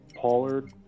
Pollard